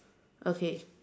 okay